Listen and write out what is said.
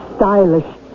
Stylish